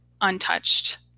untouched